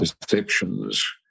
perceptions